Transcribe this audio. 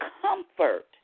comfort